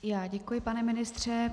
I já děkuji, pane ministře.